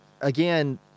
again